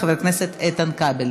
חבר הכנסת איתן כבל.